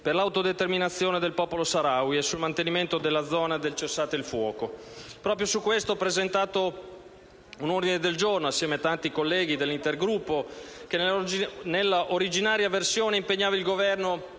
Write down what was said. per l'autodeterminazione del popolo Saharawi e sul mantenimento nella zona del cessate il fuoco. Proprio su questo ho presentato un ordine del giorno, assieme a tanti colleghi dell'Intergruppo parlamentare di amicizia con il popolo